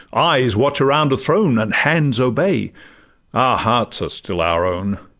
eyes watch around a throne, and hands obey our hearts are still our own